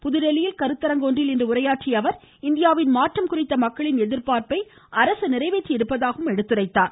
புதுதில்லியில் கருத்தரங்கு ஒன்றில் இன்று உரையாற்றிய அவர் இந்தியாவின் மாற்றம் குறித்த மக்களின் எதிர்பார்ப்பை அரசு நிறைவேற்றி இருப்பதாக கூறினார்